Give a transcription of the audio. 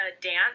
dance